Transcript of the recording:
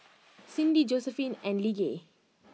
Cindi Josephine and Lige